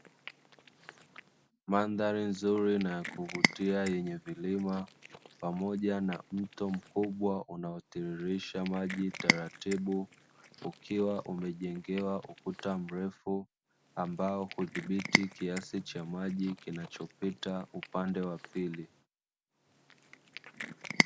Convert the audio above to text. Mandhari nzuri na ya kuvutia yenye milima pamoja na mto mkubwa unaotiririsha maji taratibu, ukiwa umejengewa ukuta mrefu ambao huthibiti kiasi cha maji kinachopita upande wa pili.